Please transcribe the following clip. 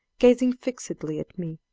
gazing fixedly at me,